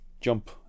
jump